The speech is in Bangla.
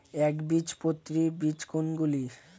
একবীজপত্রী বীজ কোন গুলি?